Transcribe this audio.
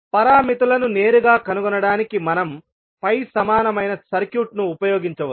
పారామితులను నేరుగా కనుగొనడానికి మనం పై సమానమైన సర్క్యూట్ను ఉపయోగించవచ్చు